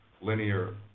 linear